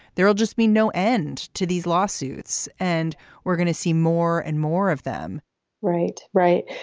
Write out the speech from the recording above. there will just be no end to these lawsuits. and we're going to see more and more of them right. right.